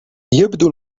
يبدو